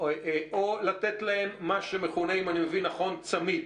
או לתת להם צמיד.